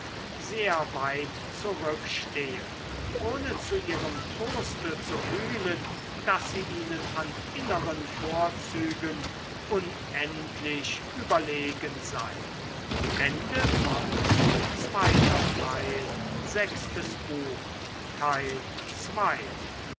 sehr weit zurückstehe ohne zu ihrem troste zu fühlen daß sie ihnen an inneren vorzügen unendlich überlegen sei